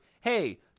hey